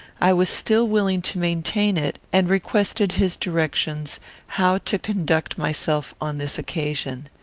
i was still willing to maintain it, and requested his directions how to conduct myself on this occasion.